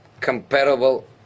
comparable